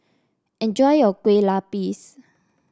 enjoy your Kueh Lupis